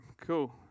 Cool